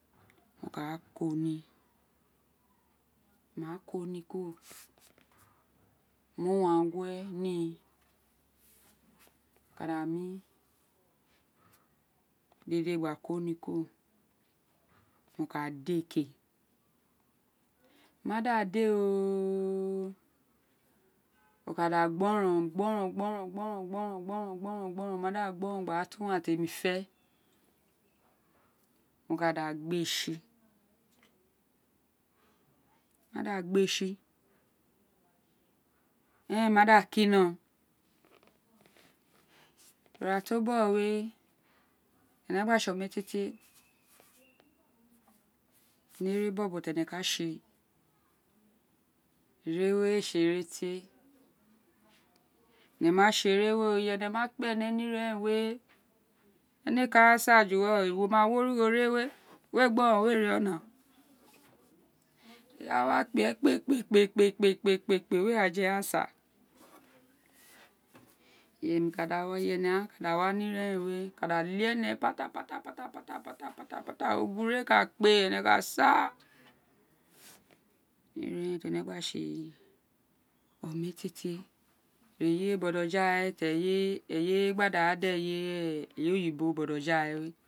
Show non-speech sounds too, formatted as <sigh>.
Wo ka ko ní wo ma ko ní ku ro mí uwangue ní wo kada mí dede gba ko ní wo ka de ke wo ma da de oooooo o ka dà gboron gboron gboron gboron gboron gboron gboron gboron o ma da gboron gba to uwàn temifé mo ka dà gbe tsi mo ma dà gbe tsi érèn ma dà kino ira to bọgho we tí énè gba tsi oma tie tie o ní énè bọbó ere we éè tsi ere tie tene ene ma tsi ere we iyénè wa kpe énè ní ira eren we énè ka <unintelligible> ju wérè o wo ma wí onugho érè we we gbo we éè riona eyi a wa kpe kpe kpe kpe kpe we wa je <unintelligible> iyemi ka dà wa ni ira érè we oka da léè énè patapata patapata ogure ka kpe énè ka sa ira eren tí érèn tí énè gba tsi ometietie eye we botoja bo toja we